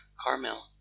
Carmel